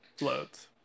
loads